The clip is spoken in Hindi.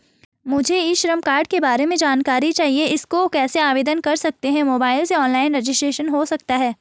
मुझे ई श्रम कार्ड के बारे में जानकारी चाहिए इसको कैसे आवेदन कर सकते हैं मोबाइल से ऑनलाइन रजिस्ट्रेशन हो सकता है?